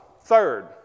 Third